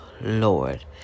Lord